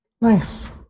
Nice